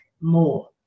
more